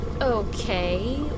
Okay